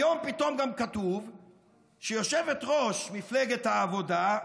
היום פתאום גם כתוב שיושבת-ראש מפלגת העבודה,